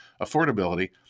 affordability